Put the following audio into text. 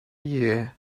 year